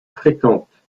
fréquentes